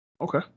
Okay